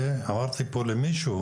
ואמרתי פה למישהו,